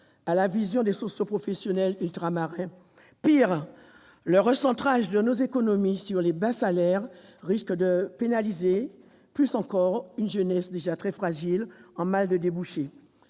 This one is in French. à la vision des socioprofessionnels ultramarins. Pis, le recentrage de nos économies sur les bas salaires risque de pénaliser plus encore une jeunesse déjà fragile et en mal de débouchés.